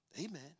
Amen